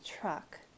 truck